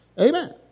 Amen